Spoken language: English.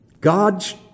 God's